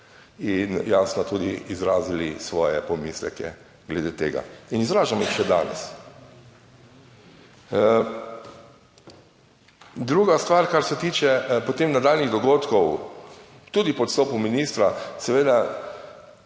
In jasno tudi izrazili svoje pomisleke glede tega. In izražamo jih še danes. Druga stvar, kar se tiče potem nadaljnjih dogodkov, tudi po odstopu ministra, seveda